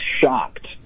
shocked